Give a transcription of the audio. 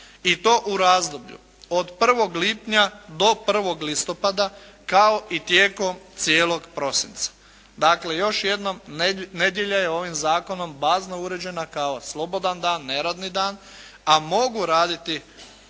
i to u razdoblju od 1. lipnja do 1. listopada kao i tijekom cijelog prosinca. Dakle još jednom, nedjelja je ovim zakonom bazno uređena kao slobodan dan, neradni dan, a mogu raditi